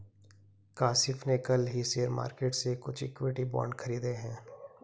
काशिफ़ ने कल ही शेयर मार्केट से कुछ इक्विटी बांड खरीदे है